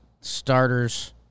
Starters